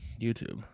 YouTube